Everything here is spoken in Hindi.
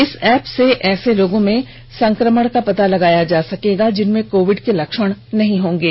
इस ऐप से ऐसे लोगों में संक्रमण का पता लगाया जा सकेगा जिनमें कोविड के लक्षण नहीं होंगे